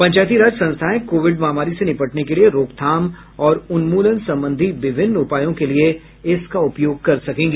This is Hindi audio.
पंचायती राज संस्थाएं कोविड महामारी से निपटने के लिए रोकथाम और उन्मूलन संबंधी विभिन्न उपायों के लिए इसका उपयोग कर सकेंगी